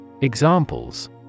Examples